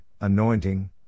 Anointing